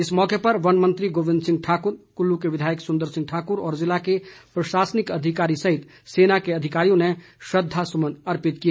इस मौके पर वन मंत्री गोविंद सिंह ठाकुर कुल्लू के विधायक सुंदर ठाकुर और जिला के प्रशासनिक अधिकारियों सहित सेना के अधिकारियों ने श्रद्धासुमन अर्पित किए